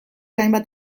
hainbat